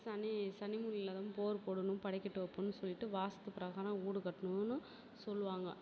சனி சனி மூலையில தான் போர் போடணும் படிக்கட்டு வைப்போன்னு சொல்லிவிட்டு வாஸ்து பிரகாரம் வீடு கட்டணும்ன்னு சொல்லுவாங்க